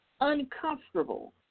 uncomfortable